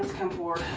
come forward.